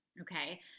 Okay